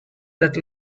that